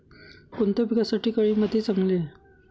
कोणत्या पिकासाठी काळी माती चांगली आहे?